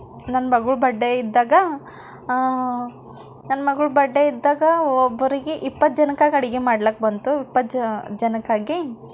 ನನ್ನ ಮಗಳ ಬರ್ಡೇ ಇದ್ದಾಗ ನನ್ನ ಮಗಳ ಬರ್ಡೇ ಇದ್ದಾಗ ಒಬ್ಬರಿಗೆ ಇಪ್ಪತ್ತು ಜನಕ್ಕಾಗಿ ಅಡುಗೆ ಮಾಡ್ಲಿಕ್ಕೆ ಬಂತು ಇಪ್ಪತ್ತು ಜನಕ್ಕಾಗಿ